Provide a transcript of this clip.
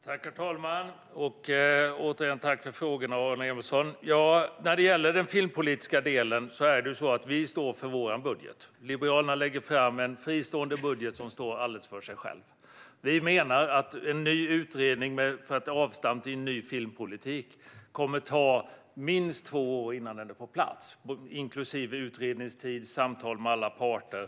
Herr talman! Jag tackar återigen för frågorna, Aron Emilsson. När det gäller den filmpolitiska delen är det så att vi står för vår budget. Liberalerna lägger fram en fristående budget som står alldeles för sig själv. Vi menar att det med en ny utredning för att ge ett avstamp till en ny filmpolitik kommer att ta minst två år innan politiken är på plats, inklusive utredningstid och samtal med alla parter.